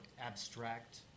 abstract